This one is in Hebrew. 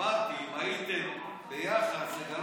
אמרתי שאם היית, סגלוביץ',